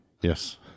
Yes